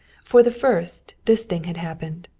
for the first, this thing had happened.